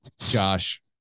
Josh